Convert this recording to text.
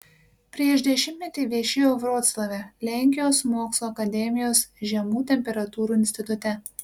prieš dešimtmetį viešėjau vroclave lenkijos mokslų akademijos žemų temperatūrų institute